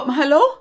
hello